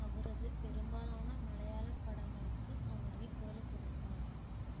அவரது பெரும்பாலான மலையாள படங்களுக்கு அவரே குரல் கொடுப்பார்